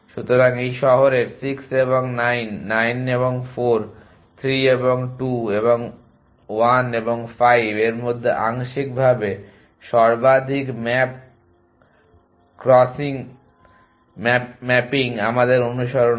সুতরাং এই শহরের 6 এবং 9 9 এবং 4 3 এবং 2 এবং 1 এবং 5 এর মধ্যে আংশিকভাবে সর্বাধিক ম্যাপ ক্রসার ম্যাপিং আমাদের অনুসরণ করে